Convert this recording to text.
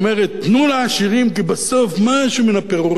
תנו לעשירים כי בסוף משהו מהפירורים האלה